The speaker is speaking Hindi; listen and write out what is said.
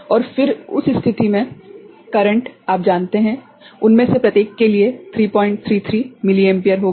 और फिर उस स्थिति में संबंधित करेंट आप जानते हैं उनमें से प्रत्येक के लिए 333 मिली एम्पीयर होगा